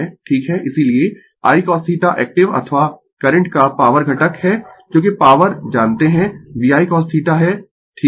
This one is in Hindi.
ठीक है इसीलिये I cosθ एक्टिव अथवा करंट का पॉवर घटक है क्योंकि पॉवर जानते है VI cosθ है ठीक है